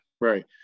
Right